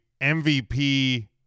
MVP